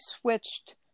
switched